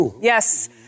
Yes